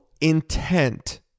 intent